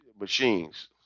machines